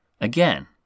Again